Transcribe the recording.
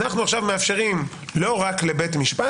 ועכשיו אנחנו מאפשרים לא רק לבית המשפט